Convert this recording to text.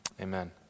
amen